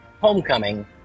homecoming